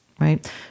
right